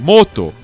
Moto